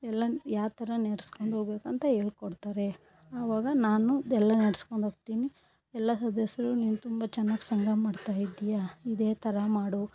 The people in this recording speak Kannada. ಎಲ್ಲ ಯಾವ್ತರ ನಡ್ಸ್ಕೊಂಡು ಹೋಗ್ಬೇಕಂತ ಹೇಳ್ಕೊಡ್ತಾರೆ ಅವಾಗ ನಾನು ಇದೆಲ್ಲ ನಡೆಸ್ಕೊಂಡೋಗ್ತಿನಿ ಎಲ್ಲ ಸದಸ್ಯರು ನೀವು ತುಂಬ ಚೆನ್ನಾಗ್ ಸಂಘ ಮಾಡ್ತಾಯಿದ್ದೀಯಾ ಇದೇ ಥರ ಮಾಡು